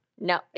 No